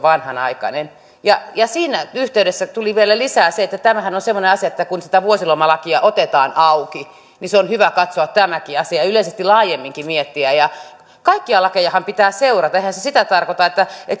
vanhanaikainen siinä yhteydessä tuli vielä lisää se että tämähän on on semmoinen asia että kun sitä vuosilomalakia otetaan auki niin on hyvä katsoa tämäkin asia ja yleisesti laajemminkin miettiä kaikkia lakejahan pitää seurata eihän se sitä tarkoita